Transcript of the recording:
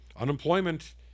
unemployment